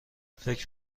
فکر